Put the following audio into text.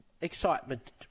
excitement